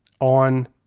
on